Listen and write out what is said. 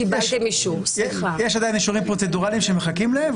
יש עדיין אישורים פרוצדורליים שמחכים להם.